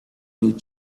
need